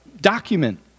document